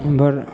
उमहर